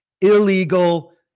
illegal